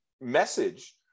message